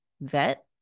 vet